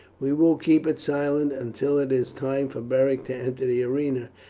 we will keep it silent until it is time for beric to enter the arena,